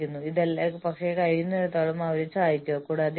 ഞാൻ ഈ സ്ലൈഡുകൾ നിങ്ങളുമായി പങ്കിടും അവ സ്വയം വിശദീകരിക്കുന്നതാണ്